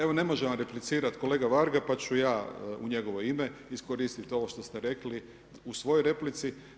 Evo ne može vam replicirati kolega Varga pa ću ja u njegovo ime iskoristiti ovo što ste rekli u svojoj replici.